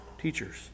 teachers